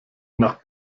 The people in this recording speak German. nach